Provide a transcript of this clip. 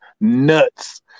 nuts